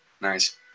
Nice